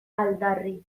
aldarri